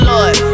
Lord